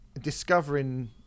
discovering